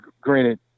granted